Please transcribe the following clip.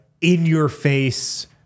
in-your-face